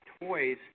toys